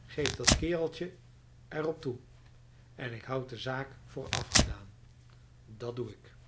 geef dat kereltje er op toe en ik houd de zaak voor afgedaan dat doe ik